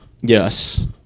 Yes